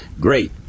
great